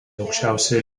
aukščiausioje